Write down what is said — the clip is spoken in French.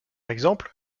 exemple